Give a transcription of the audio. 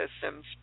systems